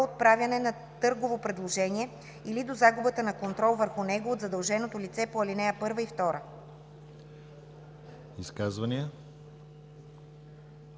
отправяне на търгово предложение или до загубата на контрол върху него от задълженото лице по ал. 1 и 2.“